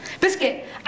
Biscuit